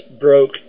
broke